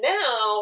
now